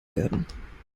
werden